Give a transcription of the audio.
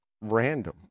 random